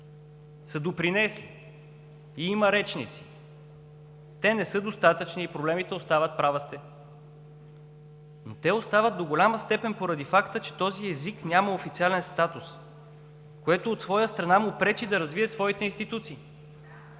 са допринесли, има и речници, те не са достатъчни и проблемите остават, права сте. До голяма степен те остават, поради факта че този език няма официален статус, което, от своя страна, му пречи да развие своите институции.